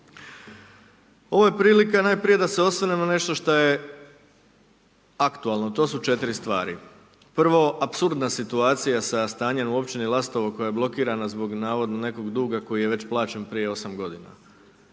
Ovo je prilika najprije, da se osvrnem na nešto što je aktualno, to su 4 stvari, prvo apsurdna situacija sa stanjem u općini Lastovo, koja j blokirana, zbog navodno nekog duga, koji je već plaćen prije 8 g.